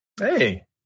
hey